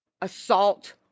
assault